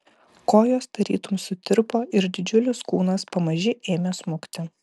kojos tarytum sutirpo ir didžiulis kūnas pamaži ėmė smukti